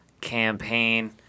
campaign